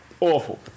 Awful